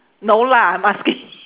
no lah I'm asking